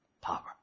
power